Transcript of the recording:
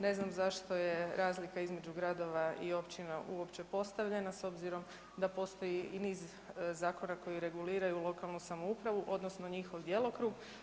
Ne znam zašto je razlika između gradova i općina uopće postavljena s obzirom da postoji i niz zakona koji reguliraju lokalnu samoupravu odnosno njihov djelokrug.